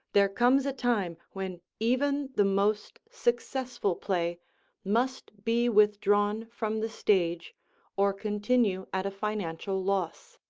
there comes a time when even the most successful play must be withdrawn from the stage or continue at a financial loss.